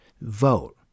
vote